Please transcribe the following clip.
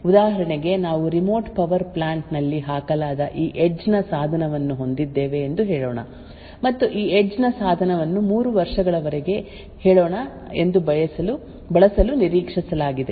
ಉದಾಹರಣೆಗೆ ನಾವು remote power plant ನಲ್ಲಿ ಹಾಕಲಾದ ಈ ಎಡ್ಜ್ ನ ಸಾಧನವನ್ನು ಹೊಂದಿದ್ದೇವೆ ಎಂದು ಹೇಳೋಣ ಮತ್ತು ಈ ಎಡ್ಜ್ ನ ಸಾಧನವನ್ನು 3 ವರ್ಷಗಳವರೆಗೆ ಹೇಳೋಣ ಎಂದು ಬಳಸಲು ನಿರೀಕ್ಷಿಸಲಾಗಿದೆ